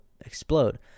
explode